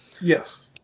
Yes